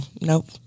nope